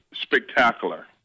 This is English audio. spectacular